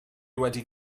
wedi